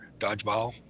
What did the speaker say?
dodgeball